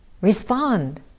Respond